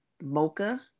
mocha